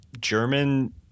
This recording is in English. German